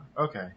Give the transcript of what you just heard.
Okay